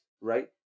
right